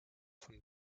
von